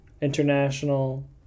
International